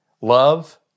Love